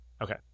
Okay